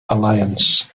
alliance